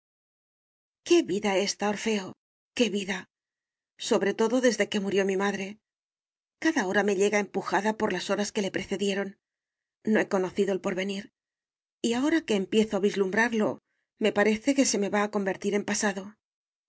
qué vida ésta orfeo qué vida sobre todo desde que murió mi madre cada hora me llega empujada por las horas que le precedieron no he conocido el porvenir y ahora que empiezo a vislumbrarlo me parece se me va a convertir en pasado